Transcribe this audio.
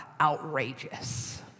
outrageous